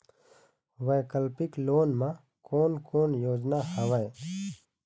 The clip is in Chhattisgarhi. वैकल्पिक लोन मा कोन कोन योजना हवए?